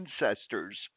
ancestors